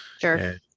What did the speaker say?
sure